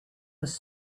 was